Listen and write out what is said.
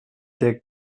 der